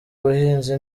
ubuhinzi